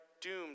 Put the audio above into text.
doomed